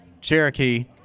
Cherokee